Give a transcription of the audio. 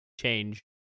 change